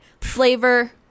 flavor